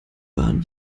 waren